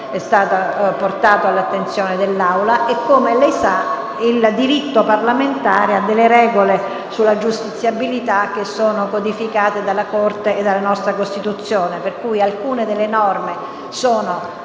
è stata portata all'attenzione dell'Assemblea e il diritto parlamentare ha delle regole sulla giustiziabilità che sono codificate dalla nostra Costituzione, per cui alcune norme sono